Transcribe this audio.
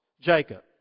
Jacob